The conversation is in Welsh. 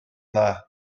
dda